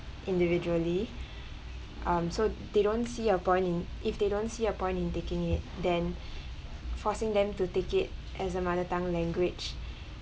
individually um so they don't see a point in if they don't see a point in taking it then forcing them to take it as a mother tongue language